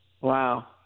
Wow